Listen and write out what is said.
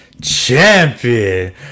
champion